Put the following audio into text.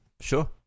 Sure